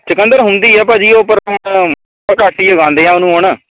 ਚੁਕੰਦਰ ਹੁੰਦੀ ਹੈ ਭਾਅ ਜੀ ਉਹ ਪਰ ਹੁਣ ਘੱਟ ਹੀ ਉਗਾਉਂਦੇ ਹਾਂ ਉਹਨੂੰ ਹੁਣ